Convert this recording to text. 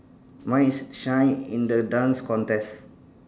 mine is shine in the dance contest